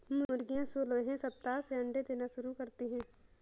मुर्गियां सोलहवें सप्ताह से अंडे देना शुरू करती है